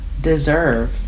deserve